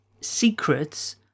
secrets